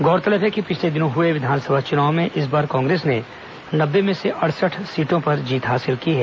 गौरतलब है कि पिछले दिनों हुए विधानसभा चुनाव में इस बार कांग्रेस ने नब्बे में से अड़सठ सीटों पर जीत हासिल की है